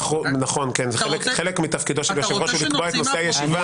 חלק מתפקידו של היושב ראש הוא לקבוע את נושא הישיבה.